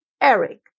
Eric